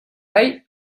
rei